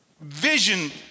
vision